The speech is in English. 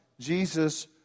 Jesus